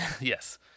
Yes